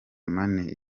money